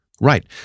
Right